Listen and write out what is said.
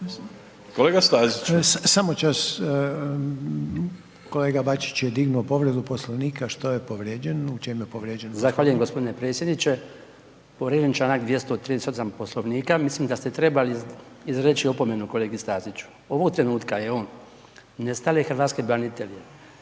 Mišića. Samo čas kolega Bačić je dignuo povredu Poslovnika. Što je povrijeđeno, u čemu je povrijeđen? **Bačić, Branko (HDZ)** Zahvaljujem gospodine predsjedniče, povrijeđen Članak 238. Poslovnika, mislim da ste trebali izreći opomenu kolegi Staziću, ovog trenutka je on nestale Hrvatske branitelje